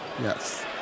Yes